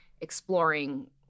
exploring